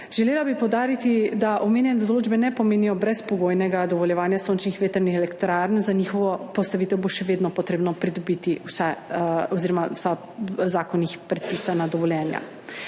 Želela bi poudariti, da omenjene določbe ne pomenijo brezpogojnega dovoljevanja sončnih in vetrnih elektrarn, za njihovo postavitev bo še vedno treba pridobiti v zakonih predpisana dovoljenja.